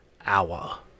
hour